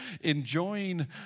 enjoying